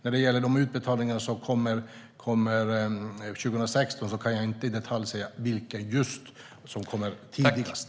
Vad gäller utbetalningarna för 2016 kan jag inte i detalj säga vilka som kommer först.